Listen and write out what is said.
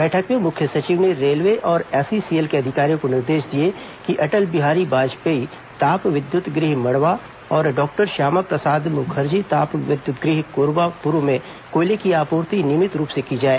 बैठक में मुख्य सचिव ने रेल्वे और एसईसीएल के अधिकारियों को निर्देश दिए कि अटल बिहारी वाजपेयी ताप विद्युत गृह मड़वा और डॉक्टर श्यामाप्रसाद मुखर्जी ताप विद्युत गृह कोरबा पूर्व में कोयले की आपूर्ति नियमित रूप से की जाए